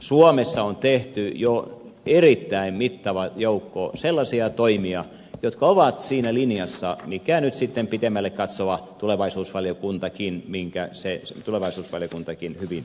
suomessa on tehty jo erittäin mittava joukko sellaisia toimia jotka ovat siinä linjassa jonka nyt sitten pitemmälle katsova tulevaisuusvaliokuntakin hyvin mielestäni kuittaa